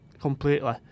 completely